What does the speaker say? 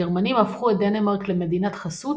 הגרמנים הפכו את דנמרק למדינת חסות,